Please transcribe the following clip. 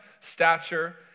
stature